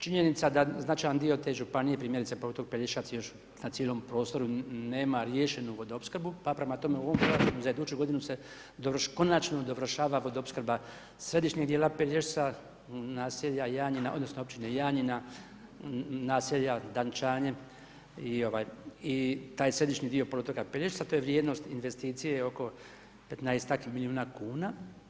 Činjenica da značajan dio te županije primjerice poluotok Pelješac još na cijelom prostoru nema riješenu vodoopskrbu pa prema tome u ovom proračunu za iduću godinu se konačno dovršava vodoopskrba središnjeg dijela Pelješca, naselja Janjina, odnosno općine Janjina, naselja Dančanje i taj središnji dio poluotoka Pelješca, to je vrijednost investicije oko 15-ak milijuna kuna.